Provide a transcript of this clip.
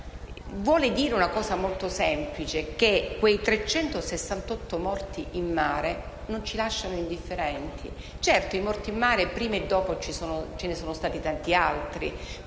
vuole dire una cosa molto semplice: che quei 368 morti in mare non ci lasciano indifferenti. Certo, di morti in mare prima e dopo ce ne sono stati tanti altri,